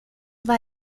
war